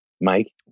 Mike